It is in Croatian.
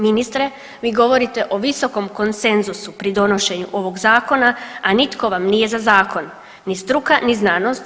Ministre vi govorite o visokom konsenzusu pri donošenju ovog zakona, a nitko vam nije za zakon ni struka, ni znanost.